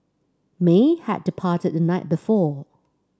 may had departed the night before